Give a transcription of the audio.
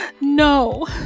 No